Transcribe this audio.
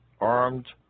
armed